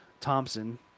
Thompson